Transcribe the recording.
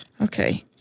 Okay